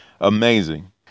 amazing